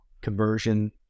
conversion